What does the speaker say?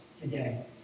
today